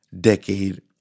decade